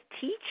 teach